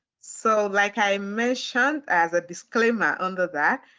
so like i mentioned as a disclaimer under that,